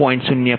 05 અને 0